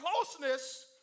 closeness